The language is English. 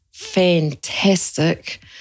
fantastic